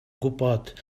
gwybod